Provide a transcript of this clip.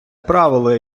правило